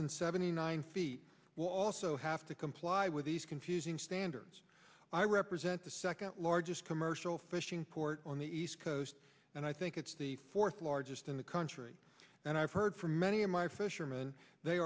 than seventy nine feet will also have to comply with these confusing standards i represent the second largest commercial fishing port on the east coast and i think it's the fourth largest in the country and i've heard from many of my fisherman they